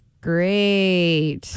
Great